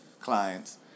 clients